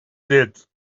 did